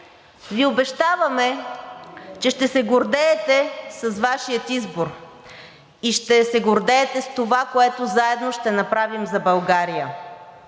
Ви обещаваме, че ще се гордеете с Вашия избор и ще се гордеете с това, което заедно ще направим за България.